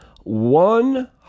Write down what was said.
one